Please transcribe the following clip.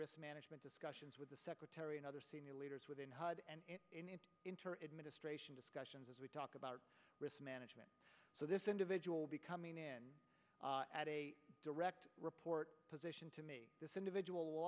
risk management discussions with the secretary and other senior leaders within interest ministration discussions as we talk about risk management so this individual becoming a direct report position to me this individual